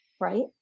right